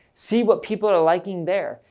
see what people are liking there.